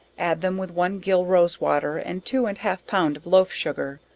add them with one gill rose-water and two and half pound of loaf sugar,